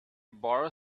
borrow